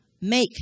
Make